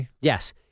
yes